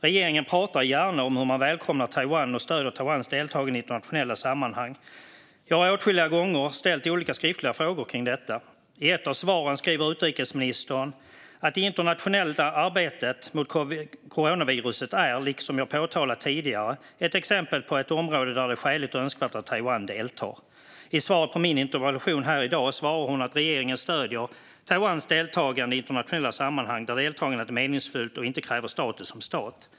Regeringen talar gärna om hur man välkomnar Taiwan och stöder Taiwans deltagande i internationella sammanhang. Jag har åtskilliga gånger ställt skriftliga frågor om detta. I ett av svaren skriver utrikesministern att "det internationella arbetet mot coronaviruset är, som jag påtalat tidigare, ett exempel på ett område där det är skäligt och önskvärt att Taiwan deltar". I svaret på min interpellation i dag svarar hon att regeringen stöder "Taiwans deltagande i internationella sammanhang där deltagandet är meningsfullt och inte kräver status som stat".